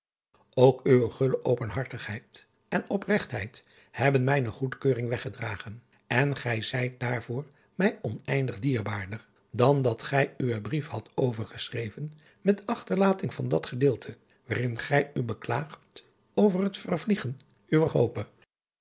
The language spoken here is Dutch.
ook uwe gulle openhartigheid en opregtheid hebben mijne goedkeuring weggedragen en gij zijt daardoor mij oneindig dierbaarder dan dat gij uwen brief hadt overgeschreven met achterlating van dat gedeelte waarin gij u beklaagt over het vervliegen uwer hope